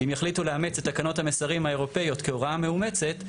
אם יחליטו לאמץ את תקנות המסרים האירופיות כהוראה מאומצת,